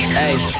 hey